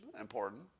important